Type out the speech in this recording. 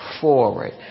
forward